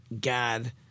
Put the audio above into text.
God